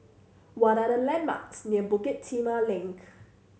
what are the landmarks near Bukit Timah Link